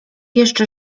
jeszcze